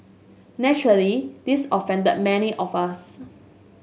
naturally this offended many of us